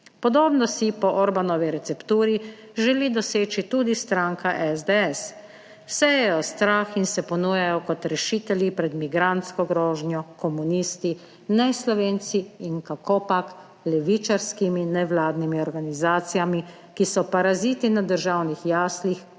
Podobno si po Orbanovi recepturi želi doseči tudi stranka SDS. Sejejo strah in se ponujajo kot rešitelji pred migrantsko grožnjo, komunisti, ne Slovenci in kakopak levičarskimi nevladnimi organizacijami, ki so paraziti na državnih jaslih